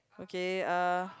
okay uh